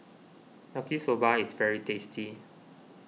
Yaki Soba is very tasty